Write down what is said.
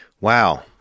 Wow